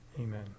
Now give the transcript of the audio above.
Amen